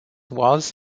was